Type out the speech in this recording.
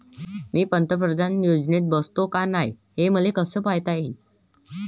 मी पंतप्रधान योजनेत बसतो का नाय, हे कस पायता येईन?